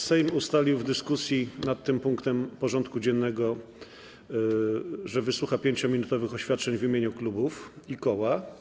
Sejm ustalił, że w dyskusji nad tym punktem porządku dziennego wysłucha 5-minutowych oświadczeń w imieniu klubów i koła.